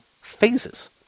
phases